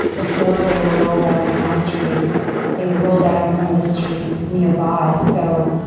before they were rolled out on my street they were rolled out on some of the streets nearby. so,